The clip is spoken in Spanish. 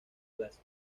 clase